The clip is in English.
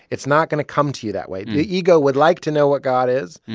it's not going to come to you that way. the ego would like to know what god is.